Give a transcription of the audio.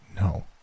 no